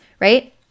right